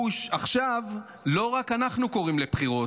פוש עכשיו, לא רק אנחנו קוראים לבחירות.